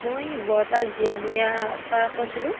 মই বৰপাক জীয়ামূৰীয়াৰপৰা কৈছিলোঁ